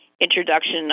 introduction